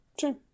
Sure